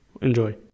Enjoy